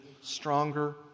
stronger